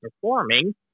performing